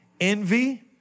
Envy